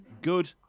good